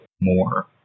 more